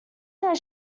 that